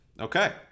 Okay